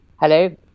Hello